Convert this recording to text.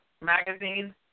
magazine